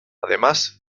además